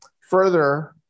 Further